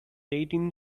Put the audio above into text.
eighteen